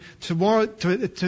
tomorrow